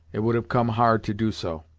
it would have come hard to do so.